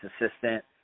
assistant